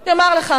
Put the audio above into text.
אני אומר לך